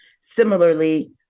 similarly